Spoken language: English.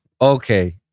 okay